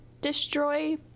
destroy